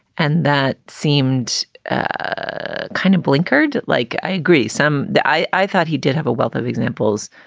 and that seemed ah kind of blinkered, like i agree some that i i thought he did have a wealth of examples,